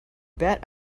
bet